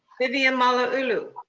vivian malauulu.